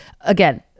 again